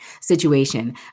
Situation